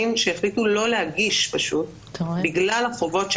שהחליטו פשוט לא להגיש בגלל החובות שלהם,